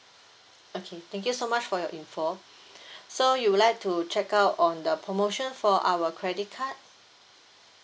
okay thank you so much for your info so you would like to check out on the promotion for our credit card